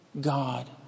God